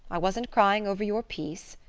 i wasn't crying over your piece,